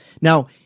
Now